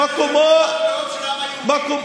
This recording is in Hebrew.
תתרגל לזה, מדינת הלאום של העם היהודי.